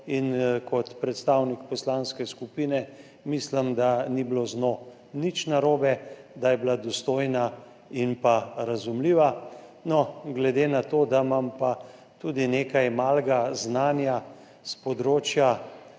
Kot predstavnik poslanske skupine mislim, da ni bilo z njo nič narobe, da je bila dostojna in razumljiva. Glede na to, da imam pa tudi nekaj malega znanja s področja